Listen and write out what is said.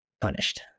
punished